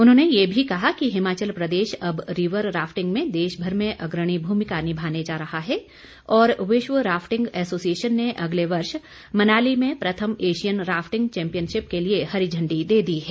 उन्होंने ये भी कहा कि हिमाचल प्रदेश अब रीवर राफिटंग में देशभर में अग्रणी भूमिका निभाने जा रहा है और विश्व राफिटंग एसोसिएशन ने अगले वर्ष मनाली में प्रथम एशियन राफिटंग चैम्पिनशिप के लिए हरी झंडी दे दी है